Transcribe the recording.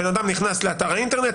בן אדם נכנס לאתר האינטרנט,